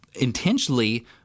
intentionally